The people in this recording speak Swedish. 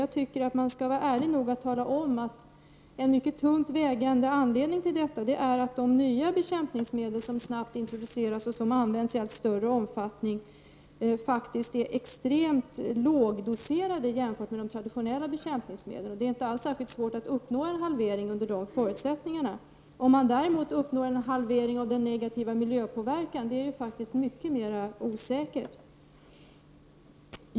Jag tycker ändå att man skall vara ärlig nog att tala om att en starkt bidragande orsak är att de nya bekämpningsmedel som snabbt introduceras och som används i allt större omfattning faktiskt är extremt lågdoserade jämfört med de traditionella bekämpningsmedlen. Under dessa förutsättningar är det inte särskilt svårt att uppnå en halvering. Det är mycket mer osäkert om man däremot uppnår en halvering av den negativa påverkan som miljön utsätts för.